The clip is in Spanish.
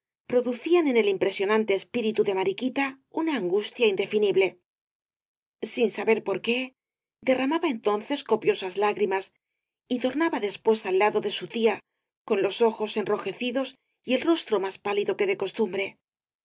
producían en el impresionable espíritu de mariquita una angustia indefinible sin saber por qué derramaba entonces copiosas lágrimas y tornaba después al lado de su tía con los ojos enrojecidos y el rostro más pálido que de costumbre